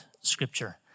scripture